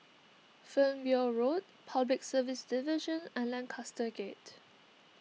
Fernvale Road Public Service Division and Lancaster Gate